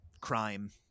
crime